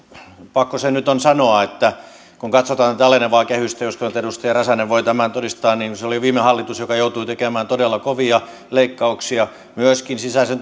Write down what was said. pakko se nyt on sanoa että kun katsotaan tätä alenevaa kehystä jos edustaja räsänen voi tämän todistaa niin se oli viime hallitus joka joutui tekemään todella kovia leikkauksia myöskin sisäisen